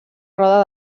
roda